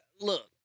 Look